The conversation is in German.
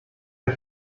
der